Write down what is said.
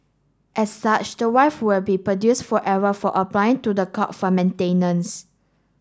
as such the wife would be produced forever for applying to the court for maintenance